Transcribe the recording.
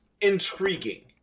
intriguing